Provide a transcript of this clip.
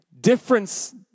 Difference